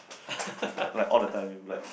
like like all the time like